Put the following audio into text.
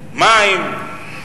מים,